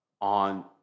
on